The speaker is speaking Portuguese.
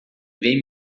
vem